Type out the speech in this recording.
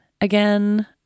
again